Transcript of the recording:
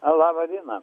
laba diena